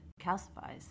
calcifies